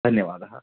धन्यवादः